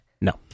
No